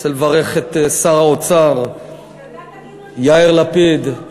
אני רוצה לברך את שר האוצר יאיר לפיד,